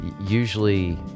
usually